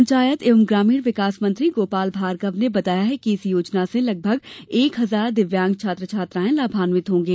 पंचायत एवं ग्रामीण विकास मंत्री गोपाल भार्गव ने बताया कि इस योजना से लगभग एक हजार द्विव्यांग छात्र छात्राएँ लाभान्वित होंगे